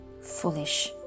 Foolish